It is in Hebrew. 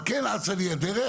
אבל כן אצה לי הדרך.